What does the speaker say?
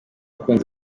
bakunzi